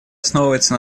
основывается